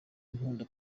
nkunda